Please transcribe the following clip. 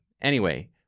Anyway-